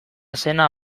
zena